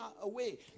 away